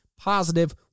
Positive